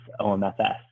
OMFS